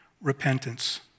repentance